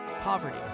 poverty